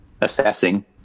assessing